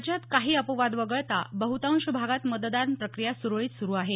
राज्यात काही अपवाद वगळता बहुतांश भागात मतदान प्रक्रिया सुरळीत सुरु आहे